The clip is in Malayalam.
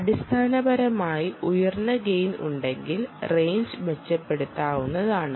അടിസ്ഥാനപരമായി ഉയർന്ന ഗെയിനുണ്ടെങ്കിൽ റേഞ്ച് മെച്ചപ്പെടുത്താവുന്നതാണ്